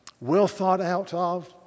well-thought-out-of